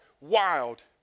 wild